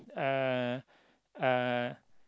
uh uh